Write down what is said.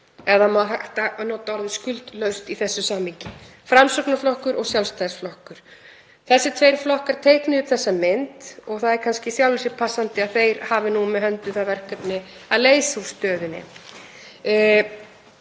ef hægt er að nota orðið skuldlaust í þessu samhengi, Framsóknarflokkur og Sjálfstæðisflokkur. Þessir tveir flokkar teiknuðu upp þessa mynd og það er kannski í sjálfu sér passandi að þeir hafi nú með höndum það verkefni að leysa úr stöðunni.